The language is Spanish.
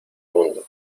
mundo